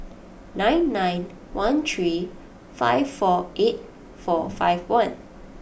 nine nine one three five four eight four five one